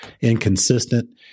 inconsistent